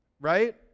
Right